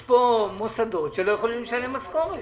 יש פה מוסדות שלא יכולים לשלם משכורות.